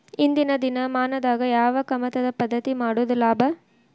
ಇಂದಿನ ದಿನಮಾನದಾಗ ಯಾವ ಕಮತದ ಪದ್ಧತಿ ಮಾಡುದ ಲಾಭ?